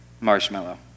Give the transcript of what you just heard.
marshmallow